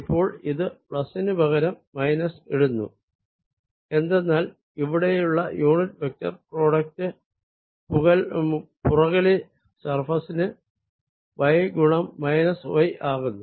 ഇപ്പോൾ ഇത് പ്ലസ്സിന് പകരം മൈനസ് ഇടുന്നു എന്തെന്നാൽ ഇവിടെയുള്ള യൂണിറ്റ് വെക്ടർ പ്രോഡക്ട് പുറകിലെ സർഫേസിന് y ഗുണം മൈനസ് y ആകുന്നു